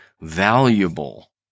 valuable